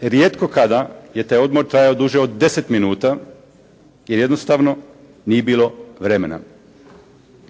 rijetko kada je taj odmor trajao duže od 10 minuta, jer jednostavno nije bilo vremena.